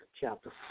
chapter